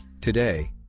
Today